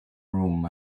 room